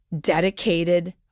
dedicated